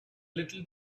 little